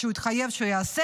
כפי שהוא התחייב שהוא יעשה.